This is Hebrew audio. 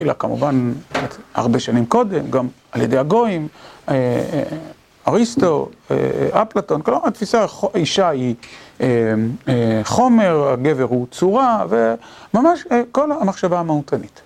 אלא כמובן הרבה שנים קודם, גם על ידי הגויים, אריסטו, אפלטון, כלומר התפיסה האישה היא חומר, הגבר הוא צורה, וממש כל המחשבה המהותנית.